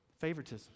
favoritism